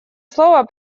слово